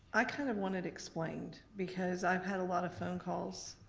i kind of want it explained, because i've had a lot of phone calls,